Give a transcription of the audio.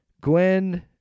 Gwen